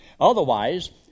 Otherwise